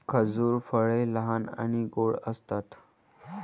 खजूर फळे लहान आणि गोड असतात